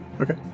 Okay